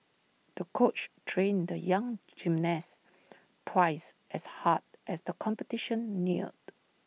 the coach trained the young gymnast twice as hard as the competition neared